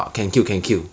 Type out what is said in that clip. I don't know